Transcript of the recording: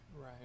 right